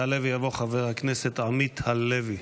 יעלה ויבוא חבר הכנסת עמית הלוי.